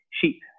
sheep